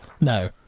No